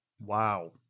Wow